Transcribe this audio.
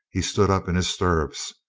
he stood up in his stirrups.